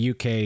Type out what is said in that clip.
UK